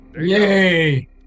yay